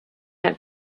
had